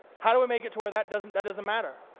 how do i make it to where that doesn't that doesn't matter?